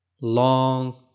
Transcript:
Long